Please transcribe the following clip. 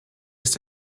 ist